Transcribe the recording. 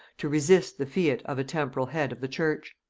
to resist the fiat of a temporal head of the church.